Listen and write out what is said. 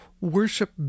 worship